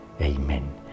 Amen